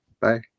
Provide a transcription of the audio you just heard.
bye